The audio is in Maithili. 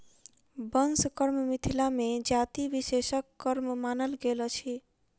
बंस कर्म मिथिला मे जाति विशेषक कर्म मानल गेल अछि